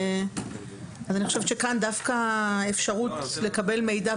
אני חושבת שכאן דווקא האפשרות לקבל מידע,